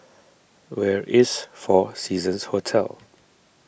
where is four Seasons Hotel